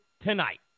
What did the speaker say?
tonight